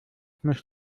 muss